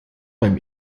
beim